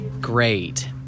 Great